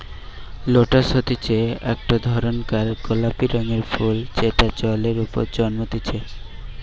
lotus হতিছে একটো ধরণকার গোলাপি রঙের ফুল যেটা জলের ওপরে জন্মতিচ্ছে